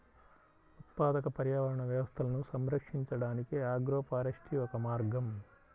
ఉత్పాదక పర్యావరణ వ్యవస్థలను సంరక్షించడానికి ఆగ్రోఫారెస్ట్రీ ఒక మార్గం